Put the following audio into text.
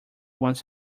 once